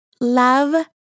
love